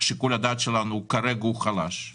ששיקול הדעת שלנו הוא חלש כרגע